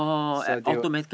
so they will